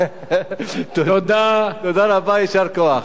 תודה רבה, יישר כוח.